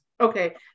Okay